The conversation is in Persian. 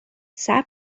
صبر